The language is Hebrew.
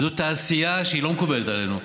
זו תעשייה שהיא לא מקובלת עלינו.